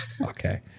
okay